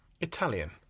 Italian